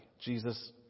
Jesus